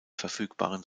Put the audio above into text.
verfügbaren